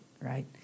right